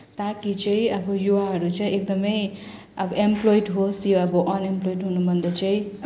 ताकि चाहिँ अब युवाहरू चाहिँ एकदमै अब एम्प्लोयड होस् यो अब अनएम्प्लोयड हुनुभन्दा चाहिँ